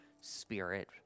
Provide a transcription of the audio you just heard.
Spirit